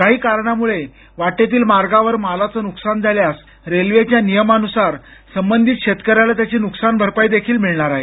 काही कारणामुळे वाटेतील मार्गावर मालाचं नुकसान झाल्यास रेल्वेच्या नियमानुसार संबंधित शेतकऱ्याला त्याची नुकसान भरपाई देखील मिळणार आहे